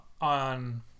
on